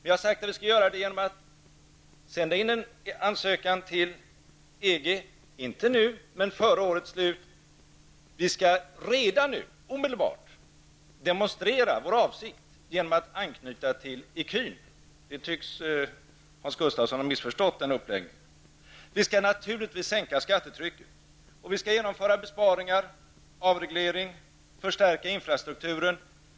Jag har sagt att vi skall göra det genom att sända in en ansökan till EG -- inte nu, men före årets slut. Vi skall redan nu, omedelbart, demonstrera vår avsikt genom att anknyta till ecun. Den uppläggningen tycks Hans Gustafsson missförstått. Vi skall naturligtvis sänka skattetrycket, genomföra besparingar och avreglering och förstärka infrastrukturen.